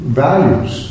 values